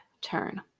turn